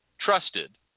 trusted